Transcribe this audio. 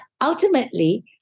ultimately